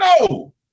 no